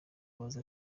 abaza